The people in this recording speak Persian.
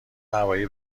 هوایی